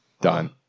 Done